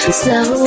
slow